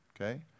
okay